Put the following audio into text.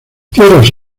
tierras